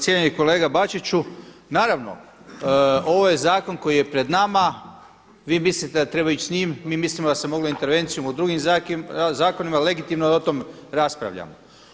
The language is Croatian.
Cijenjeni kolega Bačiću, naravno ovo je zakon koji je pred nama, vi mislite da treba ići s njim, mi mislimo da se moglo intervencijom u drugim zakonima, legitimno je da o tome raspravljamo.